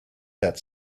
that